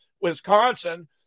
Wisconsin